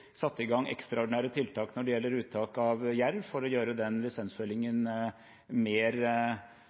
i gang ekstraordinære tiltak når det gjelder uttak av jerv, for å gjøre den lisensfellingen mer